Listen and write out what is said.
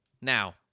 Now